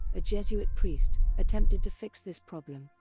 a jesuit priest, attempted to fix this problem,